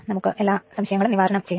നമുക്ക് എല്ലാ സംശയങ്ങളും സ്പഷ്ടമാകാം